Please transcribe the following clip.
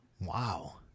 Wow